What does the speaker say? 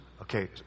Okay